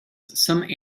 some